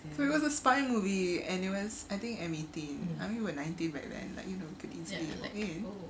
it was a spy movie and it was I think M eighteen I mean we were nineteen back then like you know you could easily walk in